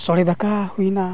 ᱥᱚᱲᱮ ᱫᱟᱠᱟ ᱦᱩᱭᱮᱱᱟ